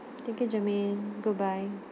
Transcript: thank you germane goodbye